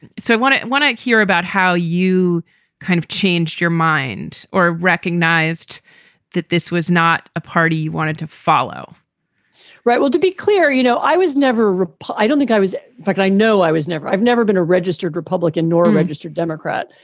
and so i want it when i hear about how you kind of changed your mind or recognized that this was not a party you wanted to follow right. well, to be clear, you know, i was never raped. i don't think i was like i know i was never i've never been a registered republican nor registered democrat.